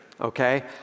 okay